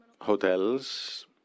hotels